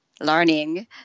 learning